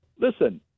Listen